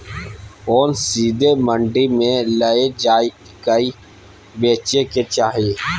ओन सीधे मंडी मे लए जाए कय बेचे के चाही